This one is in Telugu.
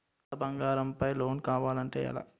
పాత బంగారం పై లోన్ కావాలి అంటే ఎలా?